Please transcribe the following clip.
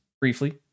briefly